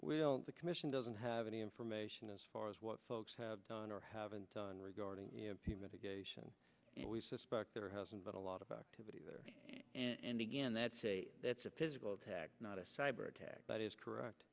will the commission doesn't have any information as far as what folks have done or haven't done regarding you know we suspect there hasn't been a lot of activity there and again that's a that's a physical attack not a cyber attack that is correct